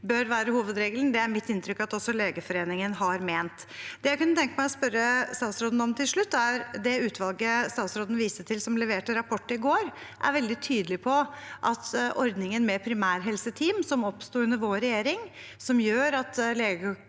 er det mitt inntrykk at også Legeforeningen har ment. Det jeg kunne tenke meg å spørre statsråden om til slutt, er: Det utvalget statsråden viste til som leverte rapport i går, er veldig tydelig når det gjelder ordningen med primærhelseteam som oppsto under vår regjering, og som gjør at